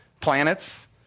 planets